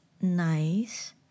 nice